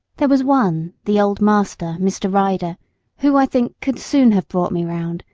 there was one the old master, mr. ryder who, i think, could soon have brought me round,